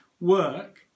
work